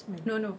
no no